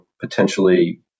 potentially